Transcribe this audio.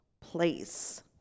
place